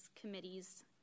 committees